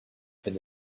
been